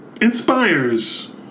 inspires